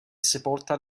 sepolta